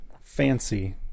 fancy